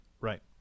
right